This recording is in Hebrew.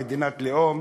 מדינת לאום,